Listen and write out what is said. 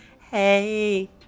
Hey